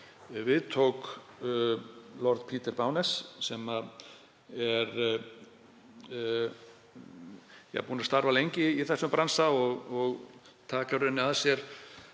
Við tók Peter Bowness, sem er búinn að starfa lengi í þessum bransa og taka að sér